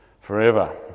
forever